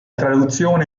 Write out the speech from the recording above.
traduzione